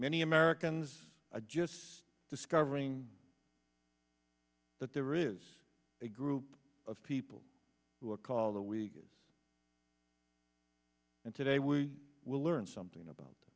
many americans just discovering that there is a group of people who are called the weekends and today we will learn something about